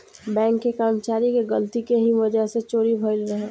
bank के कर्मचारी के गलती के ही वजह से चोरी भईल रहे